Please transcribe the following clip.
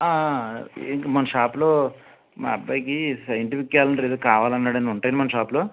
ఏంటి మన షాప్లో మా అబ్బాయికి సైంటిఫిక్ క్యాలెండర్ ఏదో కావాలన్నాను అండి ఉంటాయా అండి మన షాప్లో